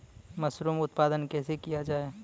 Mushroom उत्पादन कैसे किया जाय?